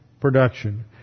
production